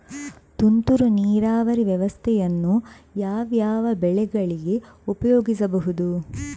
ತುಂತುರು ನೀರಾವರಿ ವ್ಯವಸ್ಥೆಯನ್ನು ಯಾವ್ಯಾವ ಬೆಳೆಗಳಿಗೆ ಉಪಯೋಗಿಸಬಹುದು?